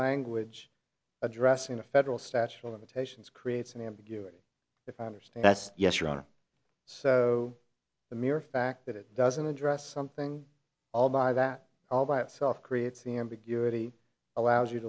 language addressing a federal statute of limitations creates an ambiguity foreigners that's yes your honor so the mere fact that it doesn't address something all by that all by itself creates the ambiguity allows you